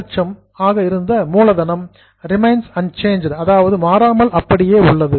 200000 ஆக இருந்த மூலதனம் ரிமைன்ஸ் அண்சேஞ்ச்டு மாறாமல் அப்படியே உள்ளது